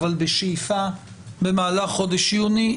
אבל בשאיפה במהלך חודש יוני,